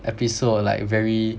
episode like very